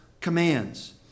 commands